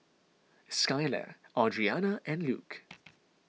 Skyler Audrianna and Luke